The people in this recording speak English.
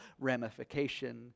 ramification